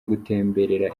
gutemberera